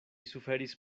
suferis